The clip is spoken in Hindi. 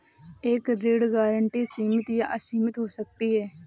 एक ऋण गारंटी सीमित या असीमित हो सकती है